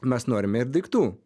mes norime ir daiktų